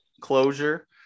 closure